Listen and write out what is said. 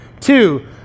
Two